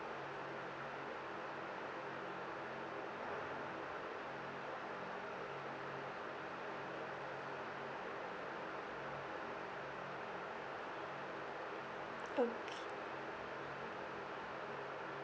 okay